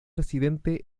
residente